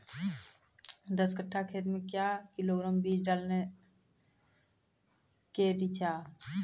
दस कट्ठा खेत मे क्या किलोग्राम बीज डालने रिचा के?